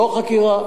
לא חקירה.